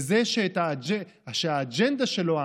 לזה שהאג'נדה שלו,